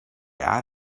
out